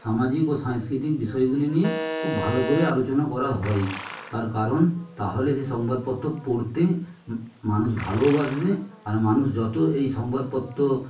সামাজিক ও সাংস্কৃতিক বিষয়গুলি নিয়ে খুব ভালো করে আলোচনা করা হয় তার কারণ তাহলে সে সংবাদপত্র পড়তে মানুষ ভালোওবাসবে আর মানুষ যতো এই সংবাদপত্র